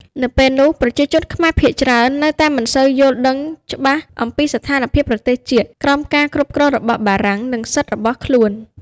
នៅពេលនោះ ប្រជាជនខ្មែរភាគច្រើននៅតែមិនសូវយល់ដឹងច្បាស់អំពីស្ថានភាពប្រទេសជាតិក្រោមការគ្រប់គ្រងរបស់បារាំង និងសិទ្ធិរបស់ខ្លួន។